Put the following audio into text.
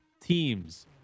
teams